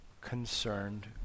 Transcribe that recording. concerned